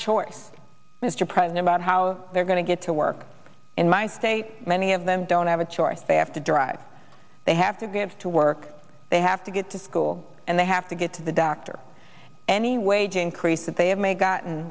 choice mr president about how they're going to get to work in my state many of them don't have a choice they have to drive they have to be have to work they have to get to school and they have to get to the doctor any wage increase that they have may gotten